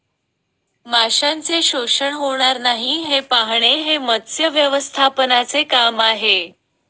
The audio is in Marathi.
माशांचे शोषण होणार नाही हे पाहणे हे मत्स्य व्यवस्थापनाचे काम आहे